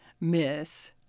miss